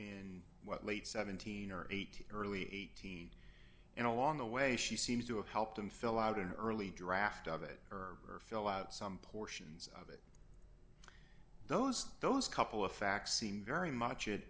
and what late seventeen or eighteen early eighteen and along the way she seems to help them fill out an early draft of it or fill out some portions of those those couple of facts seem very much it